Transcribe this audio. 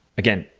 again,